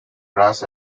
brass